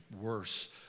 worse